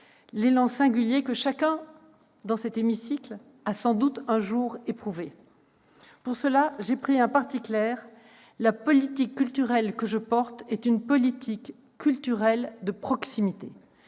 l'élan singulier que chacun dans cet hémicycle a sans doute un jour éprouvé. Pour cela, j'ai pris un parti clair : la politique culturelle que je promeus est une politique culturelle de proximité.